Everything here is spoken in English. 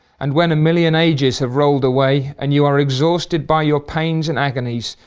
and when a million ages have rolled away and you are exhausted by your pains and agonies,